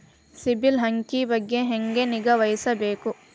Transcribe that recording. ಸಿಬಿಲ್ ಅಂಕಿ ಬಗ್ಗೆ ಹೆಂಗ್ ನಿಗಾವಹಿಸಬೇಕು?